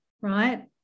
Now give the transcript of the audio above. right